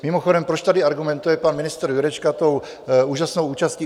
Mimochodem, proč tady argumentuje pan ministr Jurečka tou úžasnou účastí?